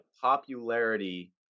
popularity